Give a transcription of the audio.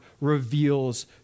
reveals